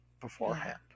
beforehand